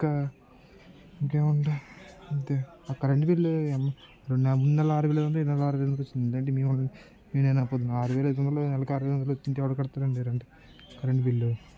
ఇంకా ఇంకేముంది అంతే ఆ కరెంట్ బిల్లు రెండు నెలల ముందు ఆరువేలు ఉంది ఈ నెల ఆరువేల చూపిస్తుంది ఏదండి మేము ఆరు వేల ఐదు వందల నెలకు ఆరువేల ఐరు అండి కరెంట్ బిల్లు